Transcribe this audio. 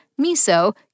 miso